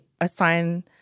assign